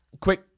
quick